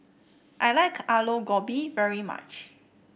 I like Aloo Gobi very much